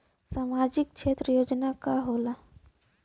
सामाजिक क्षेत्र योजना का होला?